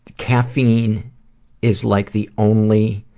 caffeine is like the only,